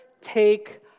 take